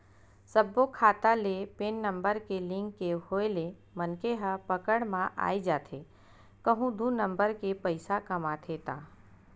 सब्बो खाता ले पेन नंबर के लिंक के होय ले मनखे ह पकड़ म आई जाथे कहूं दू नंबर के पइसा कमाथे ता